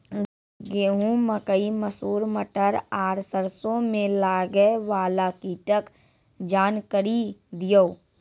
गेहूँ, मकई, मसूर, मटर आर सरसों मे लागै वाला कीटक जानकरी दियो?